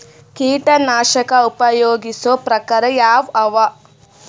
ಕೀಟನಾಶಕ ಉಪಯೋಗಿಸೊ ಪ್ರಕಾರ ಯಾವ ಅವ?